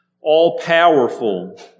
all-powerful